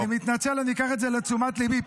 אני מתנצל, אני אקח את זה לתשומת ליבי.